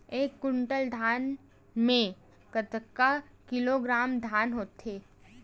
एक कुंटल धान में कतका किलोग्राम धान होथे?